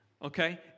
Okay